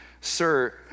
Sir